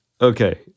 Okay